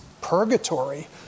purgatory